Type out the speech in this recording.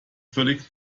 völlig